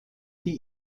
die